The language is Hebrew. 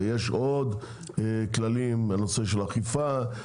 ויש עוד כללים בנושא של אכיפה,